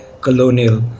colonial